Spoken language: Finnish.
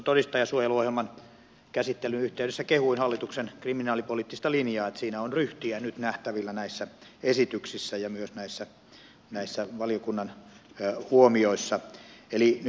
todistajansuojeluohjelman käsittelyn yhteydessä kehuin hallituksen kriminaalipoliittista linjaa että siinä on ryhtiä nyt nähtävillä esityksissä ja myös valiokunnan huomioissa